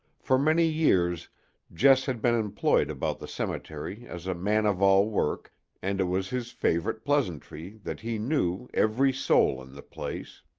for many years jess had been employed about the cemetery as a man-of-all-work and it was his favorite pleasantry that he knew every soul in the place.